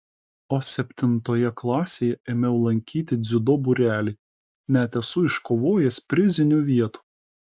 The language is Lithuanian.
o septintoje klasėje ėmiau lankyti dziudo būrelį net esu iškovojęs prizinių vietų